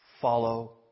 Follow